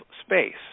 space